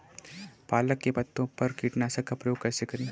पालक के पत्तों पर कीटनाशक का प्रयोग कैसे करें?